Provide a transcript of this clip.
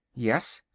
yes.